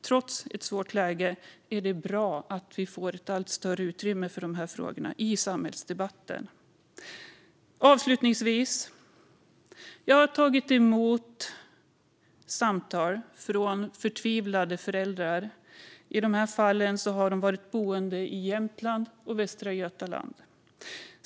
Trots ett svårt läge är det bra att vi får ett allt större utrymme för de frågorna i samhällsdebatten. Jag vill avslutningsvis säga följande. Jag har tagit emot samtal från förtvivlade föräldrar. I de fallen har de varit boende i Jämtland och Västra Götaland.